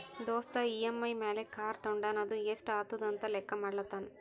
ದೋಸ್ತ್ ಇ.ಎಮ್.ಐ ಮ್ಯಾಲ್ ಕಾರ್ ತೊಂಡಾನ ಅದು ಎಸ್ಟ್ ಆತುದ ಅಂತ್ ಲೆಕ್ಕಾ ಮಾಡ್ಲತಾನ್